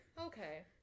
Okay